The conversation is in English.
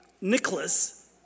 Nicholas